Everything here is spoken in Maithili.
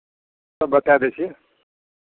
तब बताए दै छी